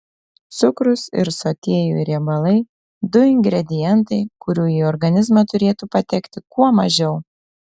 cukrus ir sotieji riebalai du ingredientai kurių į organizmą turėtų patekti kuo mažiau